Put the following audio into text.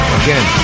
again